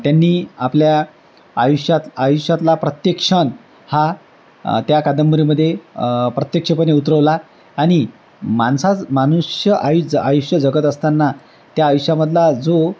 त्यांनी आपल्या आयुष्यात आयुष्यातला प्रत्येक क्षण हा त्या कादंबरीमध्ये प्रत्यक्षपणे उतरवला आणि माणसाच मनुष्य आयुच आयुष्य जगत असताना त्या आयुष्यामधला जो